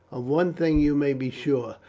of one thing you may be sure,